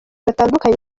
batandukanye